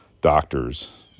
doctors